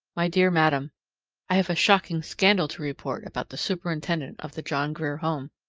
my dear madam i have a shocking scandal to report about the superintendent of the john grier home.